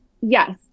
Yes